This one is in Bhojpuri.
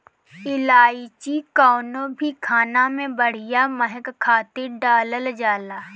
इलायची कवनो भी खाना में बढ़िया महक खातिर डालल जाला